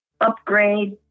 upgrade